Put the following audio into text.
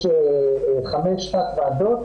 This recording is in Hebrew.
ישנן חמש תת ועדות,